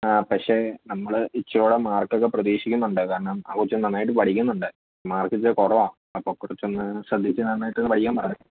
ആ പക്ഷേ നമ്മൾ ഇത്തിരി കൂടെ മാർക്ക് ഒക്കെ പ്രതീക്ഷിക്കുന്നുണ്ട് കാരണം ആ കൊച്ച് നന്നായിട്ട് പഠിക്കുന്നുണ്ട് മാർക്ക് ഇത്തിരി കുറവാണ് അപ്പോൾ കുറച്ചൊന്ന് ശ്രദ്ധിച്ച് നന്നായിട്ടൊന്ന് പഠിക്കാൻ പറയണേ